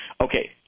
Okay